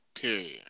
Period